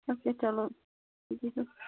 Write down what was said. اَچھا چلو